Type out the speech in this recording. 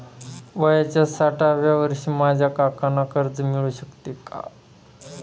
वयाच्या साठाव्या वर्षी माझ्या काकांना कर्ज मिळू शकतो का?